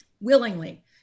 willingly